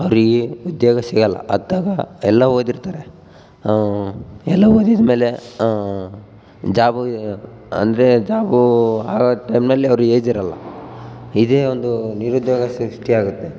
ಅವರಿಗೆ ಉದ್ಯೋಗ ಸಿಗೋಲ್ಲ ಅತ್ತಾಗ ಎಲ್ಲ ಓದಿರ್ತಾರೆ ಎಲ್ಲ ಓದಿದಮೇಲೆ ಜಾಬು ಇರು ಅಂದರೆ ಜಾಬು ಆಗೋ ಟೈಮಲ್ಲಿ ಅವರಿಗೆ ಏಜಿರೋಲ್ಲ ಇದೆ ಒಂದು ನಿರುದ್ಯೋಗ ಸೃಷ್ಟಿಯಾಗುತ್ತೆ